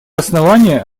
основания